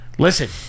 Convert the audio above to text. Listen